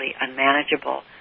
unmanageable